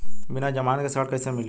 बिना जमानत के ऋण कैसे मिली?